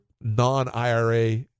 non-IRA